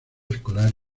escolar